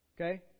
Okay